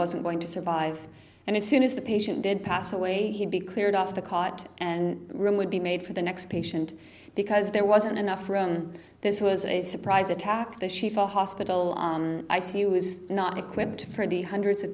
wasn't going to survive and as soon as the patient did pass away he'd be cleared of the cot and room would be made for the next patient because there wasn't enough room this was a surprise attack the schieffer hospital i c u was not equipped for the hundreds of